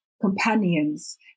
companions